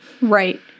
Right